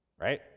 Right